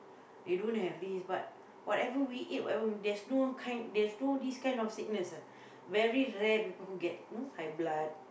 they don't have this but whatever we eat there whatever we there's no kind there's no this kind of sickness ah very rare people who get you know high blood